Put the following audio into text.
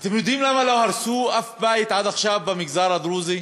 אתם יודעים למה לא הרסו אף בית עד עכשיו במגזר הדרוזי?